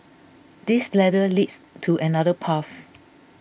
this ladder leads to another path